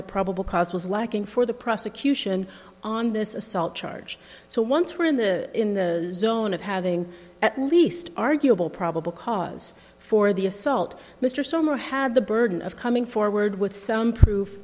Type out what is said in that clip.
the probable cause was lacking for the prosecution on this assault charge so once we're in the in the zone of having at least arguable probable cause for the assault mr summer had the burden of coming forward with some proof